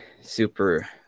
super